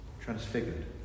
transfigured